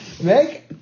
Make